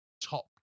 top